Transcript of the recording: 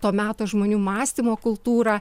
to meto žmonių mąstymo kultūrą